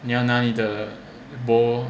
你要拿你的 bowl